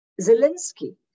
Zelensky